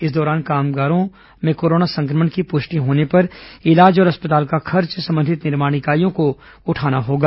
इस दौरान कामगारों में कोरोना संक्रमण की पुष्टि होने पर इलाज और अस्पताल का खर्च संबंधित निर्माण इकाइयों को उठाना होगा